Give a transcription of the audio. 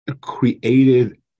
created